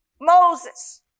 Moses